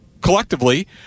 collectively